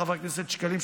חבר הכנסת שקלים,